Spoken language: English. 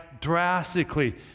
drastically